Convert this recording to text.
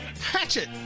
hatchet